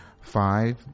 Five